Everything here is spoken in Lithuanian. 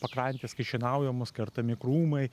pakrantės šienaujamos kertami krūmai